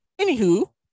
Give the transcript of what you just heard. Anywho